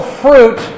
fruit